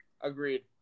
agreed